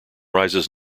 rises